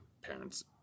parents